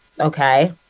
Okay